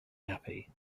happy